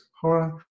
horror